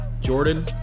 Jordan